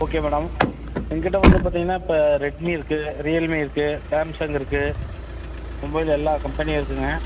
okay madam எங்கள்கிட்ட வந்து பார்த்தீங்கன்னா இப்போ ரெட்மி இருக்கு ரியல்மி இருக்கு சாம்சங் இருக்கு மொபைல் எல்லா கம்பெனியும் இருக்குங்க